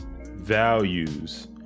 values